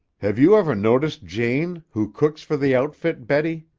have you ever noticed jane, who cooks for the outfit, betty?